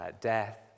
death